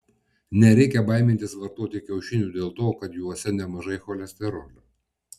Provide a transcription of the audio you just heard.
nereikia baimintis vartoti kiaušinių dėl to kad juose nemažai cholesterolio